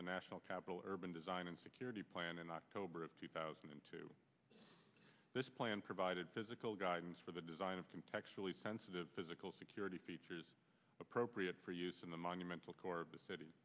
the national capital urban design and security plan in october of two thousand and two this plan provided physical guidance for the design of contextually sensitive physical security features appropriate for use in the monumental core of the city